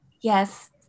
Yes